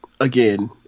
again